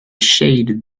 shaded